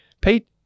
Pete